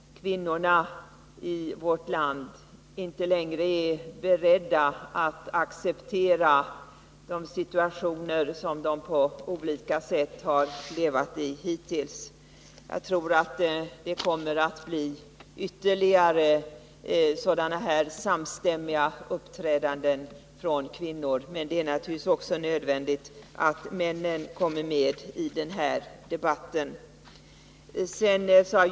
Kvinnorna i vårt land är alltså inte längre beredda att acceptera att leva under sådana förhållanden som de hittills har haft. Jag tror att vi kommer att få se ytterligare sådana här samstämmiga uppträdanden från kvinnornas sida. Men det är naturligtvis också nödvändigt att männen deltar i den här debatten.